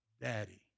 daddy